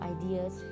ideas